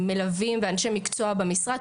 מלווים ואנשי מקצוע במשרד.